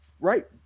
right